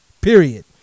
period